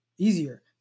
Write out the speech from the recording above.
easier